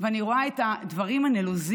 ואני רואה את הדברים הנלוזים,